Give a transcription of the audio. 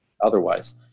otherwise